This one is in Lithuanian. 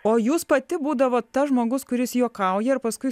o jūs pati būdavot tas žmogus kuris juokauja ir paskui